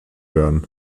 werden